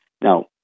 Now